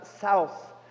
south